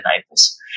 enables